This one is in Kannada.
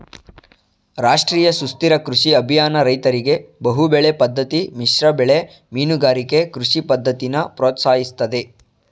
ರಾಷ್ಟ್ರೀಯ ಸುಸ್ಥಿರ ಕೃಷಿ ಅಭಿಯಾನ ರೈತರಿಗೆ ಬಹುಬೆಳೆ ಪದ್ದತಿ ಮಿಶ್ರಬೆಳೆ ಮೀನುಗಾರಿಕೆ ಕೃಷಿ ಪದ್ದತಿನ ಪ್ರೋತ್ಸಾಹಿಸ್ತದೆ